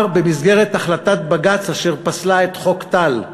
במסגרת החלטת בג"ץ אשר פסלה את חוק טל: